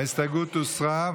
ההסתייגות הוסרה.